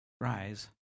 Rise